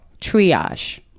triage